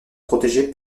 protégé